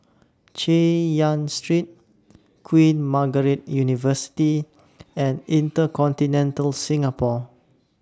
Chay Yan Street Queen Margaret University and InterContinental Singapore